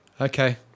Okay